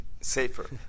safer